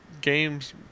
games